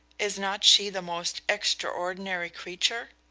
is not she the most extraordinary creature?